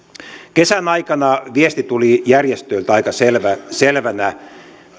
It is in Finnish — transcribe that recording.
kesän aikana viesti tuli järjestöiltä aika selvänä